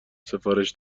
سفارش